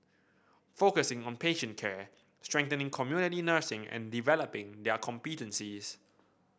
focusing on patient care strengthening community nursing and developing their competencies